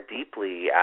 deeply